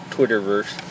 Twitterverse